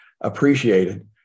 appreciated